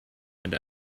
and